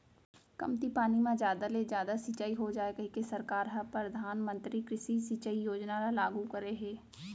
कमती पानी म जादा ले जादा सिंचई हो जाए कहिके सरकार ह परधानमंतरी कृषि सिंचई योजना ल लागू करे हे